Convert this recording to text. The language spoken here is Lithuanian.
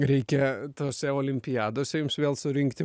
reikia tose olimpiadose jums vėl surinkti